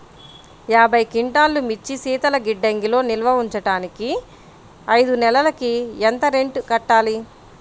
యాభై క్వింటాల్లు మిర్చి శీతల గిడ్డంగిలో నిల్వ ఉంచటానికి ఐదు నెలలకి ఎంత రెంట్ కట్టాలి?